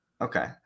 Okay